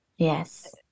Yes